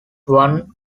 one